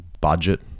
budget